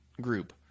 group